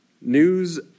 News